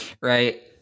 right